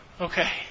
Okay